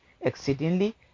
exceedingly